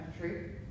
country